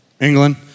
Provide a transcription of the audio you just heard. England